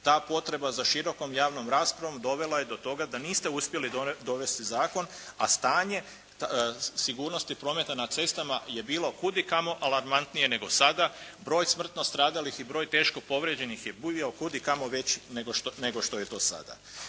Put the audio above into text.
ta potreba za širokom javnom raspravom dovela je do toga da niste uspjeli dovesti zakon a stanje sigurnosti prometa na cestama je bilo kud i kamo alarmantnije nego sada, broj smrtno stradalih i broj teško povrijeđenih je bujao kud i kamo veći nego što je to sada.